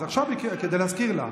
אז עכשיו כדי להזכיר לה.